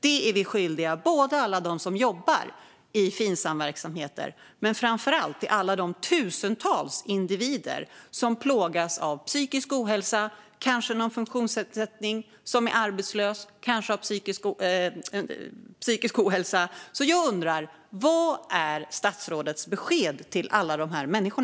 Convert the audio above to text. Det är vi skyldiga alla som jobbar i Finsamverksamheter men framför allt alla de tusentals individer som plågas av psykisk ohälsa, som kanske har någon funktionsnedsättning och som är arbetslösa. Jag undrar: Vad är statsrådets besked till alla dessa människor?